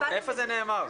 איפה זה נאמר?